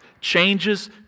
changes